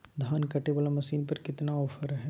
धान कटे बाला मसीन पर कितना ऑफर हाय?